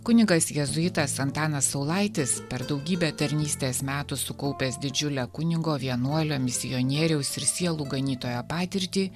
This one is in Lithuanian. kunigas jėzuitas antanas saulaitis per daugybę tarnystės metų sukaupęs didžiulę kunigo vienuolio misionieriaus ir sielų ganytojo patirtį